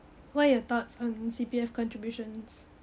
what your thoughts on C_P_F contributions